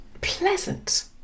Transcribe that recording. pleasant